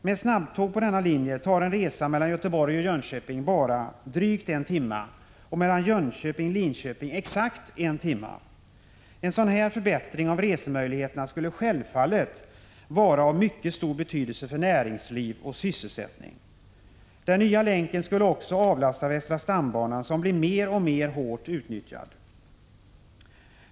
Med snabbtåg på denna linje tar en resa mellan Göteborg och Jönköping bara drygt en timma, mellan Jönköping och Linköping exakt en timma. En sådan här förbättring av resemöjligheterna skulle självfallet vara av mycket stor betydelse för näringsliv och sysselsättning. Den nya länken skulle också avlasta västra stambanan, som blir allt hårdare utnyttjad.